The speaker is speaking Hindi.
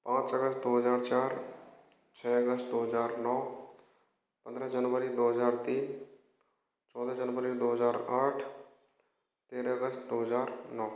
पाँच अगस्त दो हज़ार चार छः अगस्त दो हज़ार नौ पंद्रह जनवरी दो हज़ार तीन चौदह जनवरी दो हज़ार आठ तेरह अगस्त दो हज़ार नौ